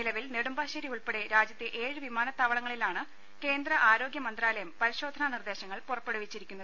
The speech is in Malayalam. നിലവിൽ നെടുമ്പാശ്ശേരി ഉൾപ്പടെ രാജ്യത്തെ ഏഴ് വിമാനത്താവളങ്ങളിലാണ് കേന്ദ്രആരോഗ്യ മന്ത്രാലയം പരിശോധനാ നിർദേശങ്ങൾ പുറപ്പെടുവിച്ചിരിക്കുന്നത്